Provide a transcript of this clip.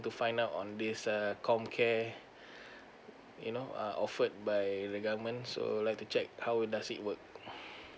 the find out on this uh comcare you know uh offered by the government so I'd like to check how does it work